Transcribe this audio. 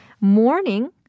Morning